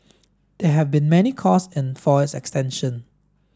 there have been many calls for its extension